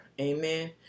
amen